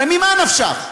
הרי ממה נפשך?